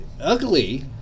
ugly